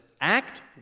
act